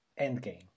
endgame